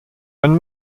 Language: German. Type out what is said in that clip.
wenn